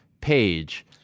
Page